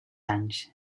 anys